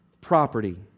property